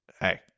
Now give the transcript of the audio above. hey